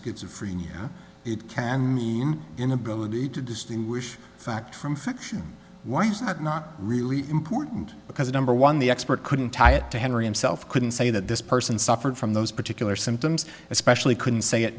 schizophrenia it can mean inability to distinguish fact from fiction why is that not really important because number one the expert couldn't tie it to henry and self couldn't say that this person suffered from those particular symptoms especially couldn't say it